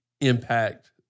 impact